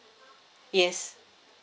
yes